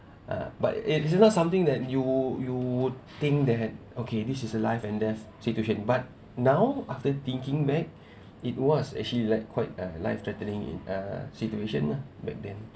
uh but it is not something that you you would think they had okay this is a life and death situation but now after thinking back it was actually like quite a life threatening in uh situation lah back then